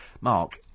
Mark